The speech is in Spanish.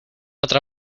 otra